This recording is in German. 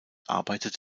arbeitet